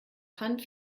hanf